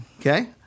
Okay